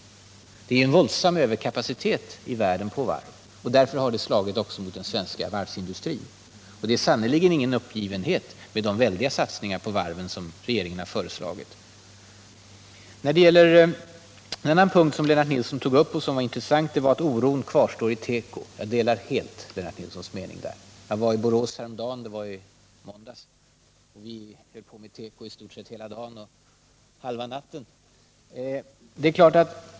Det är en våldsam överkapacitet i världen på varv, och det har slagit också mot den svenska varvsindustrin. De väldiga satsningar på varven som regeringen föreslagit tyder sannerligen inte på någon uppgivenhet. Lennart Nilsson sade vidare att oron kvarstår i teko. Jag delar helt Lennart Nilssons mening på den punkten. Jag var i Borås i måndags, och vi höll på med teko i stort sett hela dagen och kvällen.